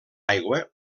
aigua